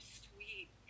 sweet